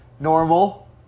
normal